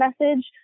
message